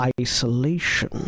isolation